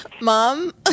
mom